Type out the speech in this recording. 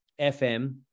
FM